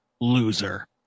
Loser